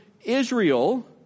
Israel